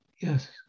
Yes